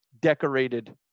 decorated